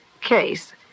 case